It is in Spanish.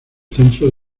centro